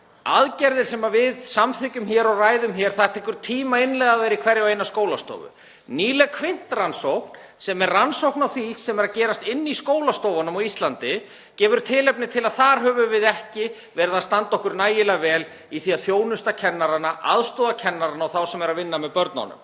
aðgerðir sem við samþykkjum hér og ræðum, það tekur tíma að innleiða þær í hverja og eina skólastofu. Nýleg QUINT-rannsókn, sem er rannsókn á því sem er að gerast inni í skólastofunum á Íslandi, gefur tilefni til að álykta að þar höfum við ekki verið að standa okkur nægilega vel í því að þjónusta kennarana, aðstoða kennarana og þá sem eru að vinna með börnunum.